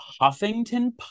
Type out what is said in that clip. Huffington